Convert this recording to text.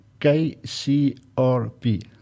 KCRP